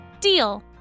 Deal